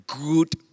good